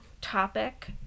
topic